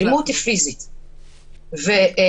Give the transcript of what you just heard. א',